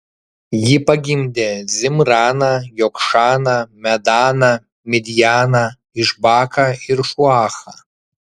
ji pagimdė zimraną jokšaną medaną midjaną išbaką ir šuachą